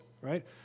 right